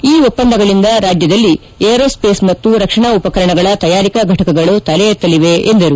ಈ ಒಪ್ಪಂದಗಳಿಂದ ರಾಜ್ಯದಲ್ಲಿ ಏರೋ ಸ್ಲೇಸ್ ಮತ್ತು ರಕ್ಷಣಾ ಉಪಕರಣಗಳ ತಯಾರಿಕಾ ಫೆಟಕಗಳು ತಲೆ ಎತ್ತಲಿವೆ ಎಂದರು